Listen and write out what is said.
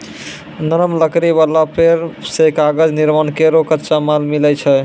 नरम लकड़ी वाला पेड़ सें कागज निर्माण केरो कच्चा माल मिलै छै